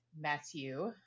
matthew